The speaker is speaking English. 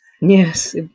Yes